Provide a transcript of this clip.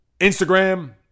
Instagram